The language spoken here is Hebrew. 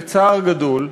בצער גדול,